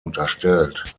unterstellt